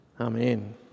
Amen